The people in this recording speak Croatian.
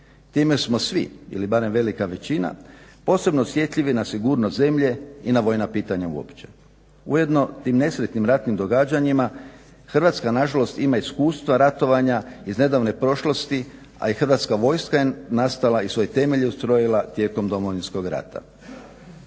Time smo svi, ili barem velika većina posebno osjetljivi na sigurnost zemlje i na vojna pitanja uopće. Ujedno tim nesretnim ratnim događanjima Hrvatska na žalost ima iskustva ratovanja iz nedavne prošlosti, a i Hrvatska vojska je nastala i svoje temelje ustrojila tijekom Domovinskog rata.